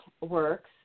works